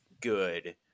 good